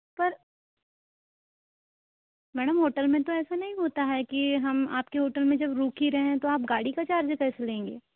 पर madam hotel में तो ऐसा नहीं होता है की हम आपके होटल में जब रुकी रहे हैं तो आप गाड़ी का चार्ज कैसे लेंगे